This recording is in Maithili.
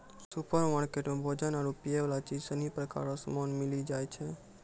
सुपरमार्केट मे भोजन आरु पीयवला चीज सनी प्रकार रो समान मिली जाय छै